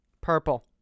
purple